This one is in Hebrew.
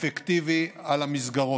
אפקטיבי על המסגרות.